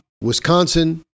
Wisconsin